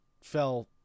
fell